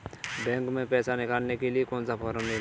Bank में पैसा निकालने के लिए कौन सा फॉर्म लेना है?